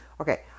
okay